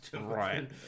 Right